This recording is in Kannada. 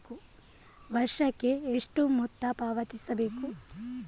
ವರ್ಷಕ್ಕೆ ಎಷ್ಟು ಮೊತ್ತ ಪಾವತಿಸಬೇಕು?